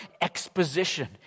exposition